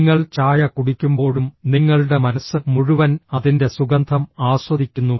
നിങ്ങൾ ചായ കുടിക്കുമ്പോഴും നിങ്ങളുടെ മനസ്സ് മുഴുവൻ അതിന്റെ സുഗന്ധം ആസ്വദിക്കുന്നു